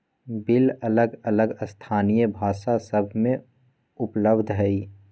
bill अलग अलग स्थानीय भाषा सभ में उपलब्ध हइ